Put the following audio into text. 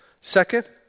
Second